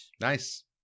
Nice